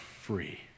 free